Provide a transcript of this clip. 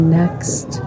next